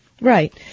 Right